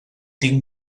tinc